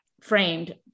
framed